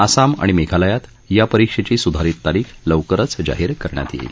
आसाम आणि मेघालयात या परीक्षेची सुधारित तारीख लवकरच जाहीर करण्यात येईल